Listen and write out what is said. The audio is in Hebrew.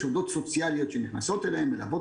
יש עובדות סוציאליות שנכנסות אליהם ומלוות